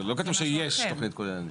לא כתוב שיש תוכנית כוללנית.